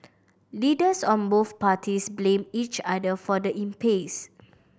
leaders of both parties blamed each other for the impasse